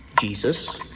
Jesus